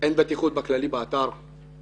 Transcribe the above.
אין בטיחות באתר באופן כללי.